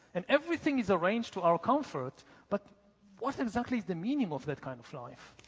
and everything is arranged to our comfort but what exactly is the meaning of that kind of life?